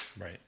Right